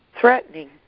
threatening